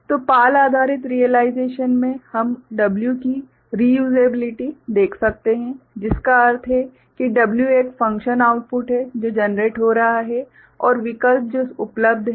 तो PAL आधारित realisation में हम W की रीयूसेबिलिटी देख सकते हैं जिसका अर्थ है कि W एक फ़ंक्शन आउटपुट है जो जनरेट हो रहा है और विकल्प जो उपलब्ध हैं